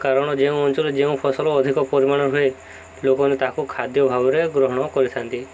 କାରଣ ଯେଉଁ ଅଞ୍ଚଳରେ ଯେଉଁ ଫସଲ ଅଧିକ ପରିମାଣ ହୁଏ ଲୋକମାନେ ତାକୁ ଖାଦ୍ୟ ଭାବରେ ଗ୍ରହଣ କରିଥାନ୍ତି